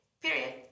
period